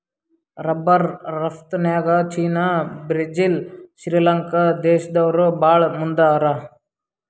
rubber ರಫ್ತುನ್ಯಾಗ್ China Brazil Sri Lanka ದೇಶ್ದವ್ರು ಭಾಳ್ ಮುಂದ್ ಹಾರ